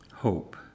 hope